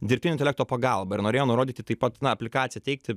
dirbtinio intelekto pagalba ir norėjo nurodyti taip pat aplikaciją teikti